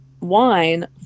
wine